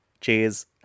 Cheers